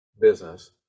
business